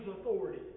authority